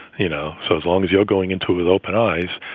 you know? so as long as you're going into it with open eyes,